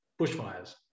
Bushfires